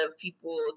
people